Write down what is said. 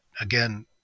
again